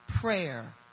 prayer